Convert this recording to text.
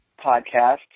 podcast